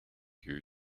you